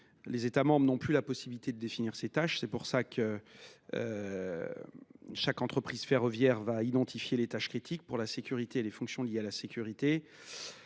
les États membres n’ont plus la possibilité de définir ces tâches : il incombe à chaque entreprise ferroviaire d’identifier les tâches critiques pour la sécurité et les fonctions liées à la sécurité,